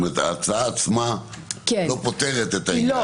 ההצעה עצמה לא פותרת את העניין,